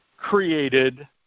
created